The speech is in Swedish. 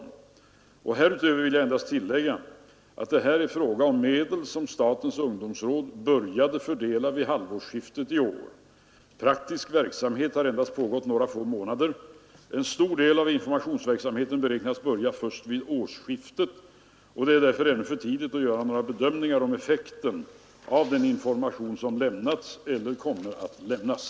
Härutöver vill jag endast tillägga att det här är fråga om medel som statens ungdomsråd började fördela vid halvårsskiftet i år. Praktisk verksamhet har endast pågått några få månader. En stor del av informationsverksamheten beräknas börja först vid årsskiftet. Det är därför ännu för tidigt att göra några bedömningar om effekten av den information som lämnats eller kommer att lämnas.